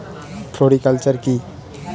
Floriculture কি?